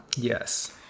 yes